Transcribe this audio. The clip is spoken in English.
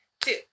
two